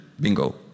bingo